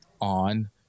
on